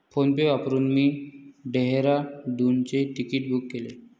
PhonePe वापरून मी डेहराडूनचे तिकीट बुक केले